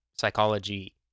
psychology